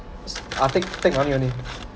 ah take take money only